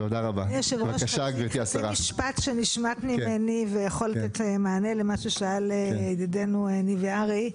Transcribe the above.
יש משפט שנשמט ממני ויכול לתת מענה למה ששאל ידידנו ניב יערי.